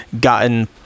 gotten